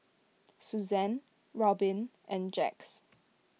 Suzann Robyn and Jax